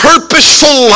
purposeful